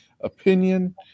opinion